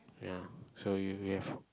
ya so you you have